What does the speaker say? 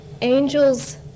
angels